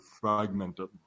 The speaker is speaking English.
fragmented